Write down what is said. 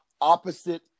opposite